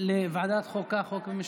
לוועדת החוקה, חוק ומשפט.